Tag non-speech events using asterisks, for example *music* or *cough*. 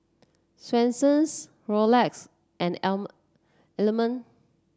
Swensens Rolex and *unintelligible* Element